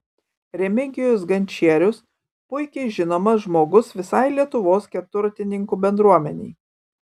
remigijus gančierius puikiai žinomas žmogus visai lietuvos keturratininkų bendruomenei